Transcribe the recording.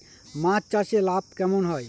মাছ চাষে লাভ কেমন হয়?